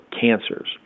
cancers